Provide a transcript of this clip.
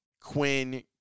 Quinn